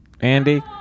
Andy